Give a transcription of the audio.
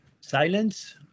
silence